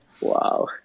wow